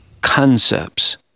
concepts